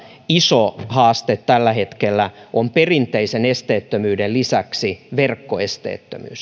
iso haaste tällä hetkellä on perinteisen esteettömyyden lisäksi verkkoesteettömyys